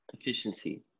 efficiency